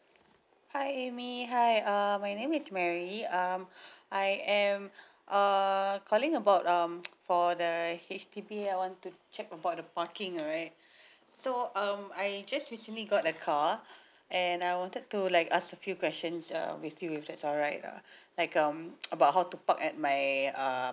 hi amy hi uh my name is mary um I am err calling about um for the H_D_B I want to check about the parking right so um I just recently got a car and I wanted to like ask a few questions um with you if that's alright like um about how to park at my uh